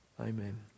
Amen